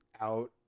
out